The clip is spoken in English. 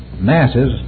masses